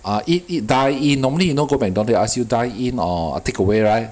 uh eat eat dine in normally you know go Mcdonalds they ask you dine in or takeaway right